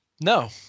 No